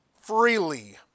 freely